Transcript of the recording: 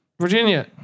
Virginia